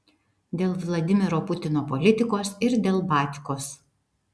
dėl vladimiro putino politikos ir dėl batkos